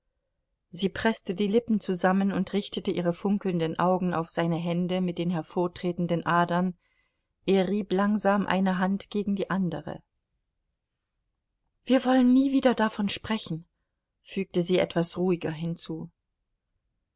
sie preßte die lippen zusammen und richtete ihre funkelnden augen auf seine hände mit den hervortretenden adern er rieb langsam eine hand gegen die andere wir wollen nie wieder davon sprechen fügte sie etwas ruhiger hinzu